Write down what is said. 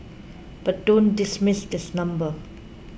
but don't dismiss this number